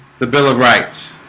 the bill of rights